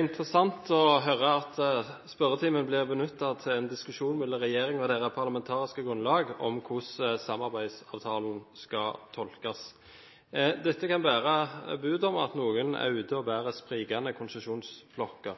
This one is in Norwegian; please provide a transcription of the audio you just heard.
interessant å høre at spørretimen blir benyttet til en diskusjon mellom regjeringen og dens parlamentariske grunnlag om hvordan samarbeidsavtalen skal tolkes. Dette kan bære bud om at noen er ute og bærer sprikende konsesjonsblokker.